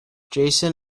jason